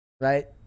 Right